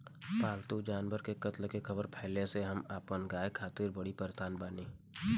पाल्तु जानवर के कत्ल के ख़बर फैले से हम अपना गाय खातिर बड़ी परेशान बानी